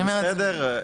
אני אומרת --- זה בסדר.